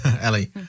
Ellie